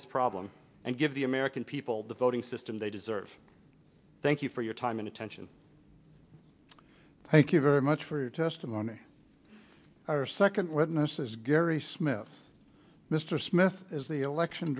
this problem and give the american people the voting system they deserve thank you for your time and attention thank you very much for your testimony our second witness is gary smith mr smith is the election